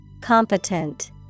Competent